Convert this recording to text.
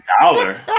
dollar